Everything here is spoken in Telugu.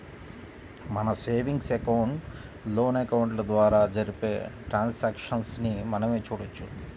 మన సేవింగ్స్ అకౌంట్, లోన్ అకౌంట్ల ద్వారా జరిపే ట్రాన్సాక్షన్స్ ని మనమే చూడొచ్చు